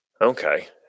Okay